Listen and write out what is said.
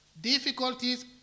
Difficulties